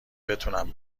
بتونم